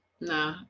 no